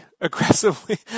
aggressively